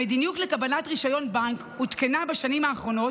המדיניות לקבלת רישיון בנק עודכנה בשנים האחרונות,